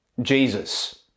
Jesus